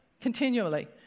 continually